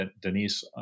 Denise